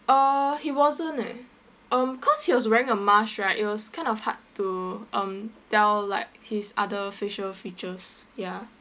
uh he wasn't eh um cause he was wearing a mask right it was kind of hard to um tell like his other facial features ya